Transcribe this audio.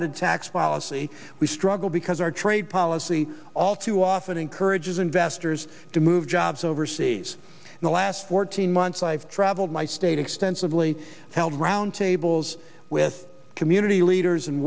headed tax policy we struggle because our trade policy all too often encourages investors to move jobs overseas in the last fourteen months i've traveled my state extensively held roundtables with community leaders and